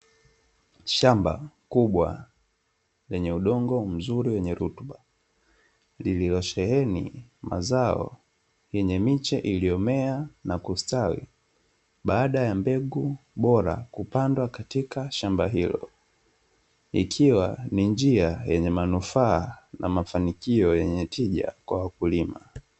shamba kubwa lenye udongo mzuri wenye rutuba liliosheheni mazao yenye miche iliyomea na kustawi ,baada ya mbegu bora kupandwa katika shamba hilo ikiwa ni njia yenye manufaa na mafanikio yenye tija kwa wakulima.